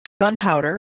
gunpowder